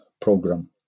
program